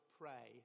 pray